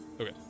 Okay